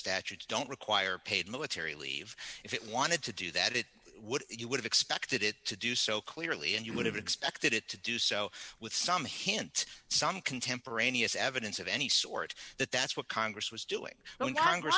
statutes don't require paid military leave if it wanted to do that it would you would have expected it to do so clearly and you would have expected it to do so with some hint some contemporaneous evidence of any sort that that's what congress was doing w